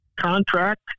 contract